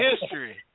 history